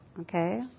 okay